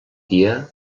dia